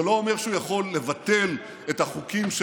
זה לא אומר שהוא יכול לבטל את החוקים של